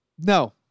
No